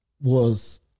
was-